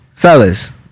Fellas